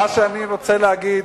מה שאני רוצה להגיד,